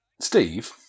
Steve